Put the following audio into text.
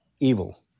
evil